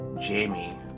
Jamie